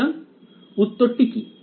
সুতরাং উত্তরটি কি